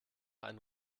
einen